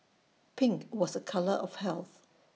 pink was A colour of health